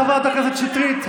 חברת הכנסת שטרית.